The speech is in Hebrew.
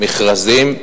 מכרזים,